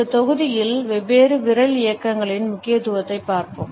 இந்த தொகுதியில் வெவ்வேறு விரல் இயக்கங்களின் முக்கியத்துவத்தைப் பார்ப்போம்